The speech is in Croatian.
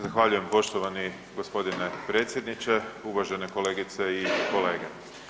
Zahvaljujem poštovani g. predsjedniče, uvažene kolegice i kolege.